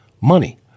money